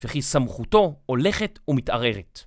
וכי סמכותו הולכת ומתערערת